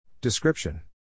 Description